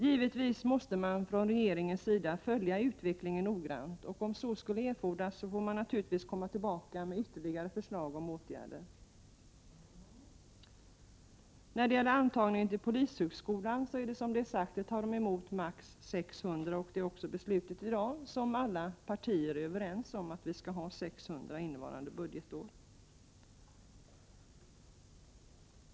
Givetvis måste man från regeringens sida följa utvecklingen noggrant och om så skulle erfordras komma tillbaka med förslag till ytterligare åtgärder. Till polishögskolan tar man emot högst 600 aspiranter. Det är ett beslut som alla partier i dag är överens om, dvs. att det skall antas 600 aspiranter under innevarande budgetår.